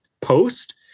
post